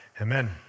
Amen